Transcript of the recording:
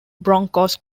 broncos